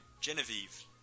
Genevieve